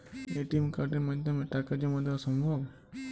ATM কার্ডের মাধ্যমে টাকা জমা দেওয়া সম্ভব?